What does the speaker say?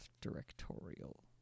directorial